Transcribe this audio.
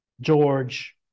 George